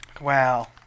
Wow